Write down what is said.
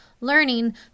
learning